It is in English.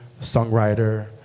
songwriter